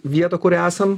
vietą kur esam